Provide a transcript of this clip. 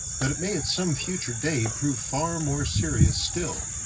but it may at some future day prove far more serious still.